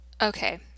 Okay